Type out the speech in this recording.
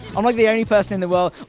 i'm like the only person in the world.